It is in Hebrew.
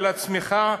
על הצמיחה,